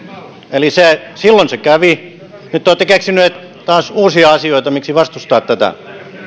eli silloin se kävi nyt te olette keksineet taas uusia asioita miksi vastustaa tätä